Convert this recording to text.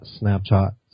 Snapchat